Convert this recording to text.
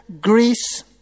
Greece